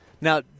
Now